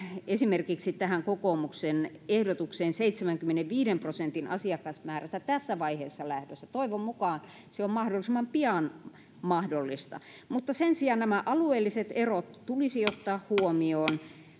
esimerkiksi tähän kokoomuksen ehdotukseen seitsemänkymmenenviiden prosentin asiakasmäärästä tässä vaiheessa lähdössä toivon mukaan se on mahdollisimman pian mahdollista sen sijaan alueelliset erot tulisi ottaa huomioon